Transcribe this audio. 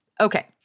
Okay